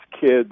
kids